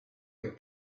your